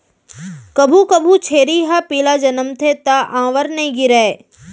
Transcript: कभू कभू छेरी ह पिला जनमथे त आंवर नइ गिरय